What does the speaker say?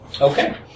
Okay